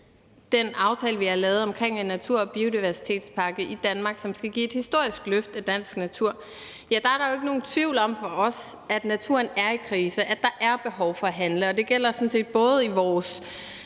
den aftale, vi har lavet omkring en natur- og biodiversitetspakke i Danmark, som skal give et historisk løft af den danske natur, ikke er nogen tvivl om, at naturen er i krise, og at der er behov for at handle, og det gælder både i vores